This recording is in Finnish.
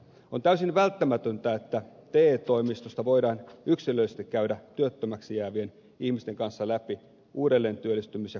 on täysin välttämätöntä että te toimistoissa voidaan yksilöllisesti käydä työttömäksi jäävien ihmisten kanssa läpi uudelleentyöllistymis ja koulutusmahdollisuuksia